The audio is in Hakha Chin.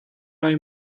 lai